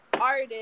artist